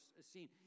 seen